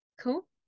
Cool